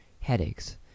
headaches